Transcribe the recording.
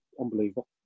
unbelievable